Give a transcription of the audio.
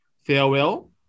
farewell